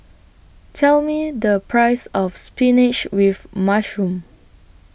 Tell Me The Price of Spinach with Mushroom